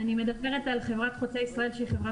אני מדברת על חברת חוצה ישראל שהיא חברה